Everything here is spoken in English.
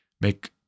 make